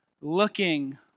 looking